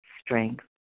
strength